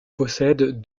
possède